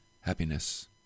happiness